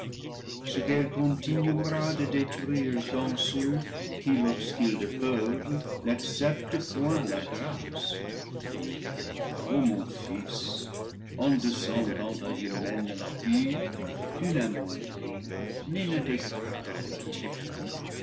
ce qu'elle continuera de dé truire dans ceux qui lorsqu'ils le peuvent n'acceptent point la grâce o mon fils en descendant à l'humaine nature tu n'amoin dris ni ne dégrades la tienne